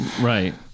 right